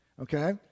okay